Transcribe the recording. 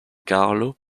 carlo